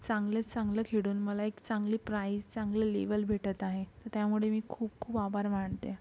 चांगल्यात चांगलं खेळून मला एक चांगली प्राईज चांगलं लेवल भेटत आहे तर त्यामुळे मी खूप खूप आभार मानते